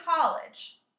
college